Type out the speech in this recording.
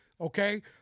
Okay